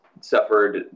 suffered